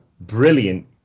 brilliant